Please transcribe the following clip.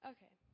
Okay